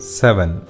seven